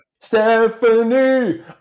Stephanie